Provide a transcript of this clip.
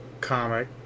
comic